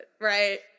right